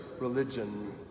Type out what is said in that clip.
religion